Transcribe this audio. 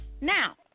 Now